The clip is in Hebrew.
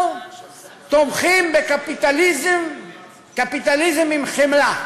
הוא אמר לי: אנחנו תומכים בקפיטליזם עם חמלה.